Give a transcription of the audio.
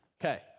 Okay